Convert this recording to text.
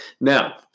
Now